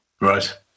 Right